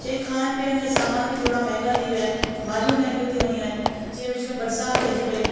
जे खाइणु पीअण जा सामान बि थोरा महांगा थी विया आहिनि भाॼियूं महांगी थी वियूं आहिनि जीअं विच में बरसात पइजी वेई